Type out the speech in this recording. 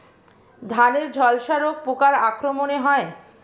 ধানের ঝলসা রোগ পোকার আক্রমণে হয়?